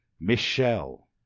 Michelle